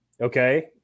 Okay